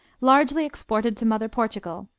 largely exported to mother portugal,